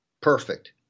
perfect